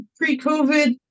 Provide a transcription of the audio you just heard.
pre-COVID